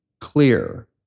clear